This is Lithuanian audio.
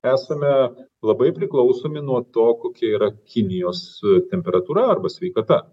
esame labai priklausomi nuo to kokia yra kinijos temperatūra arba sveikata